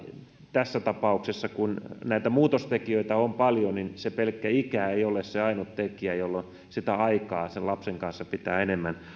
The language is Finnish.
tässä tapauksessa kun näitä muutostekijöitä on paljon pelkkä ikä ei ole se ainut tekijä jolloin sitä aikaa lapsen kanssa pitää